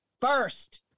first